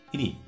Ini